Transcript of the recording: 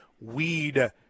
weed